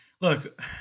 look